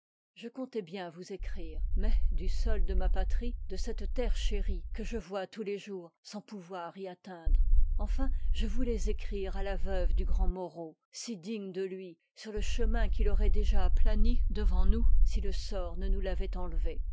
je comptois ïi llïbien vous écrire mais du sol de ma patrie de cette terre chérie que je vois tous les jours sans pouvoir y atteindre enfin je voulois écrire à la veuve du grand j moreau si digne de lui sur le chemin qu'il auroit déjà aplani devant nous si le sort ne nous l'avoit enlevé